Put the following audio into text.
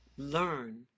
learn